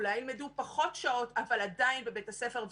אולי ילמדו פחות שעות, אבל עדיין בבית הספר.